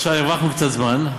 עכשיו הרווחנו קצת זמן.